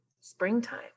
springtime